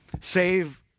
save